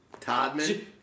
Toddman